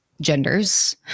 genders